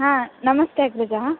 हा नमस्ते अग्रजः